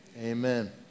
Amen